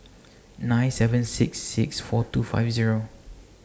nine seven six six four two five Zero